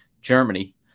germany